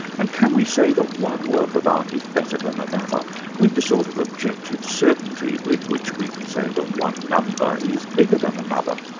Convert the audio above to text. and can we say that one work of art is better than another with the sort of objective certainty with which we can say that one number is bigger than another.